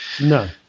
No